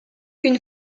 une